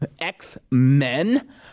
X-Men